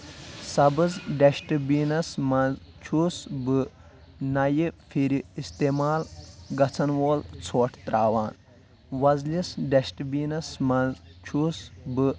سبٕز ڈسٹ بیٖنَس منٛز چھُس بہٕ نیہِ پھیٖرِ استعمال گژھن وول ژھۄٹھ ترٛاوان وۄزلِس ڈسٹہٕ بیٖنَس منٛز چھُس بہٕ